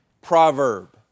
proverb